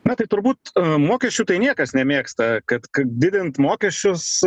na tai turbūt mokesčių tai niekas nemėgsta kad kad didint mokesčius